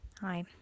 hi